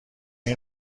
این